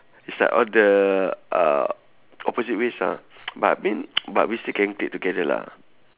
is like all the uh opposite ways ah but I mean but we still can click together lah